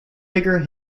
bigger